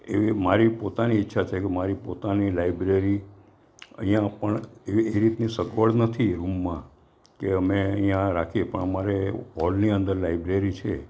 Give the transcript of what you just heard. એવી મારી પોતાની ઈચ્છા છેકે મારી પોતાની લાઇબ્રેરી અઇયાં પણ એવ એ રીતની સગવડ નથી રૂમમાં કે અમે ઇયાં રાખીએ પણ અમારે હોલની અંદર લાઇબ્રેરી છે